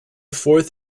fourth